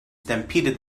stampeded